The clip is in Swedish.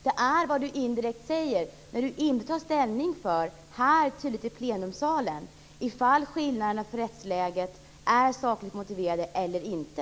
Det är det som Anders Ygeman indirekt säger när han här i plenisalen inte tar ställning till om skillnaderna i rättsläget är sakligt motiverade eller inte.